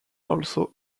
also